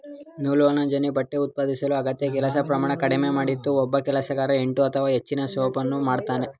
ನೂಲುವಜೆನ್ನಿ ಬಟ್ಟೆ ಉತ್ಪಾದಿಸಲು ಅಗತ್ಯ ಕೆಲಸ ಪ್ರಮಾಣ ಕಡಿಮೆ ಮಾಡಿತು ಒಬ್ಬ ಕೆಲಸಗಾರ ಎಂಟು ಅಥವಾ ಹೆಚ್ಚಿನ ಸ್ಪೂಲನ್ನು ಮಾಡ್ತದೆ